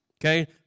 Okay